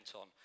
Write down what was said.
on